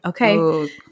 okay